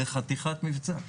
זה חתיכת מבצע.